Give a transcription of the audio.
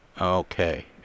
okay